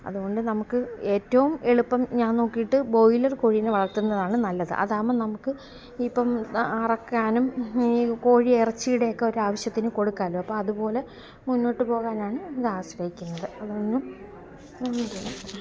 അതുകൊണ്ട് നമുക്ക് ഏറ്റവും എളുപ്പം ഞാന് നോക്കിയിട്ട് ബ്രോയിലർ കോഴീനെ വളര്ത്തുന്നതാണ് നല്ലത് അതാകുമ്പം നമുക്ക് ഇപ്പം അ അറക്കാനും ഈ കോഴിയിറച്ചിയുടെയൊക്കെ ഒരാവശ്യത്തിനു കൊടുക്കാമല്ലോ അപ്പോൾ അതുപോലെ മുന്നോട്ടു പോകാനാണ് ഇതാശ്രയിക്കുന്നത് അതാണ്